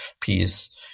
piece